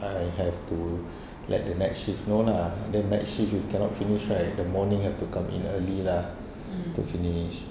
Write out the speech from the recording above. I have to let the night shift know lah and then night shift if cannot finish right the morning have to come in early lah to finish